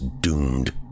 doomed